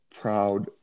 proud